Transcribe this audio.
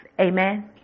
Amen